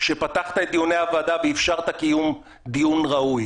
שפתחת את דיוני הוועדה ואפשרת קיום דיון ראוי.